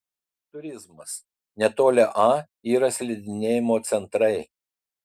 turizmas netoli a yra slidinėjimo centrai